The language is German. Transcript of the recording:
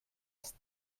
ist